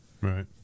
Right